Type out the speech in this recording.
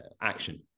action